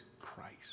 Christ